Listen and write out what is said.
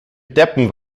deppen